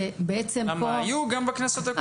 היו גם בכנסות הקודמות.